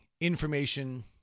information